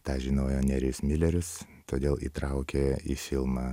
tą žinojo nerijus milerius todėl įtraukė į filmą